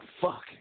fuck